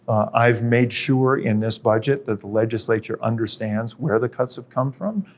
i've made sure in this budget that the legislature understands where the cuts have come from,